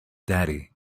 daddy